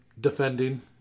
defending